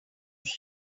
than